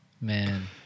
Man